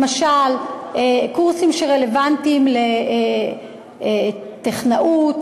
למשל קורסים שרלוונטיים לטכנאות,